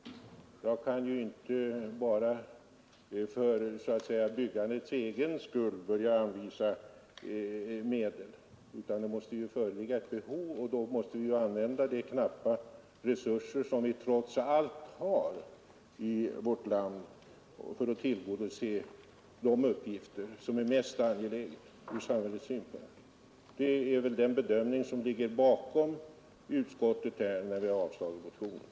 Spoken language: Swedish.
Man kan inte bara för byggandets egen skull börja anvisa medel utan det måste föreligga ett behov, och då måste vi använda de knappa resurser, som vi trots allt har i vårt land, för att tillgodose de uppgifter som är mest angelägna ur samhällets synpunkt. Det är väl den bedömningen som ligger bakom utskottets ställningstagande när det har avstyrkt motionen.